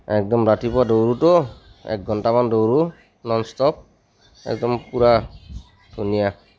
একদম ৰাতিপুৱা দৌৰোতো এক ঘণ্টামান দৌৰো নন ষ্টপ একদম পুৰা ধুনীয়া